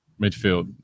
Midfield